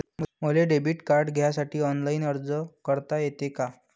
मले debit card घ्यासाठी online अर्ज करता येते का?